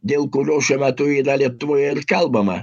dėl kurio šiuo metu lietuvoje ir kalbama